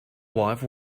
wife